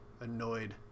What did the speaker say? annoyed